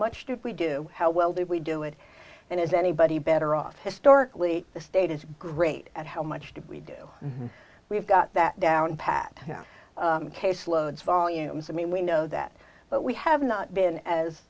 much do we do how well do we do it and is anybody better off historically the state is great at how much do we do we've got that down pat case loads volumes i mean we know that but we have not been as